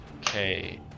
Okay